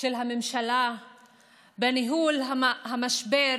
של הממשלה בניהול המשבר